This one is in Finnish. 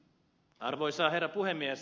arvoisa herra puhemies